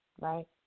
right